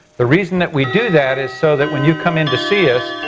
the reason that we do that is so that when you come in to see us,